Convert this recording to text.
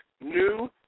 new